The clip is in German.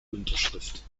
unterschrift